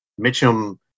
Mitchum